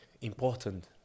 important